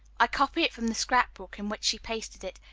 i copy it from the scrap-book in which she pasted it,